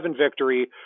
victory